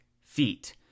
feet